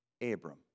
Abram